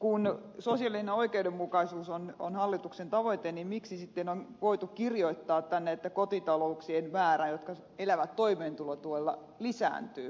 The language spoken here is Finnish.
kun sosiaalinen oikeudenmukaisuus on hallituksen tavoite niin miksi sitten on voitu kirjoittaa tänne että kotitalouksien määrä jotka elävät toimeentulotuella lisääntyy